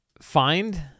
find